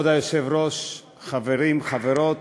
כבוד היושב-ראש, חברים, חברות,